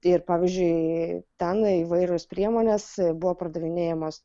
ir pavyzdžiui ten įvairios priemonės buvo pardavinėjamos